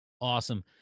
Awesome